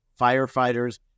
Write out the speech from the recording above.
firefighters